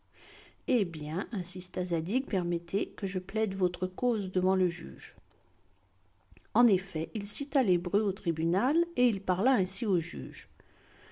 eh bien insista zadig permettez que je plaide votre cause devant le juge en effet il cita l'hébreu au tribunal et il parla ainsi au juge